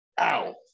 Ow